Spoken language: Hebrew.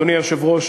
אדוני היושב-ראש,